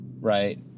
right